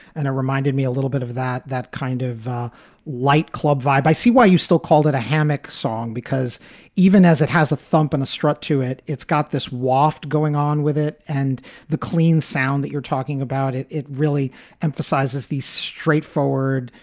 and it reminded me a little bit of that that kind of light club vibe. i see why you still called it a hammock song, because even as it has a thumping struck to it, it's got this waft going on with it. and the clean sound that you're talking about it it really emphasizes these straightforward,